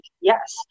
yes